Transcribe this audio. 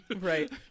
Right